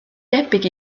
debyg